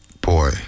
Boy